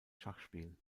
schachspiel